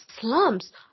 slums